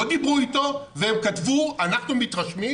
לא דיברו איתו והם כתבו: אנחנו מתרשמים